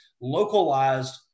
localized